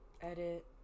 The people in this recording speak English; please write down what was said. edit